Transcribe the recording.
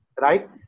right